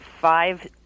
five